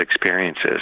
experiences